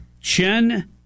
Chen